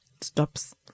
stops